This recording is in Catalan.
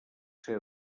ser